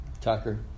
Tucker